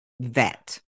vet